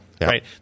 right